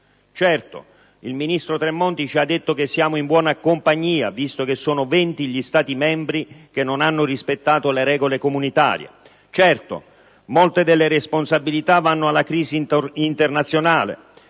Certo, il ministro Tremonti ci ha detto che siamo in buona compagnia, visto che sono 20 gli Stati membri che non hanno rispettato le regole comunitarie. Certo, molte delle responsabilità vanno addebitate alla crisi internazionale,